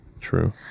True